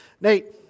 Nate